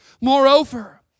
Moreover